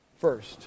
first